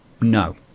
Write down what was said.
No